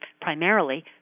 primarily